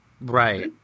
Right